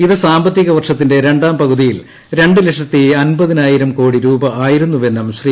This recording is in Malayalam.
ഇത് സാമ്പത്തിക വർഷത്തിന്റെ രണ്ടാം പകുതിയിൽ രണ്ട് ലക്ഷത്തി അൻപതിനായിരം കോടി രൂപയായിരുന്നുവെന്നും ശ്രീ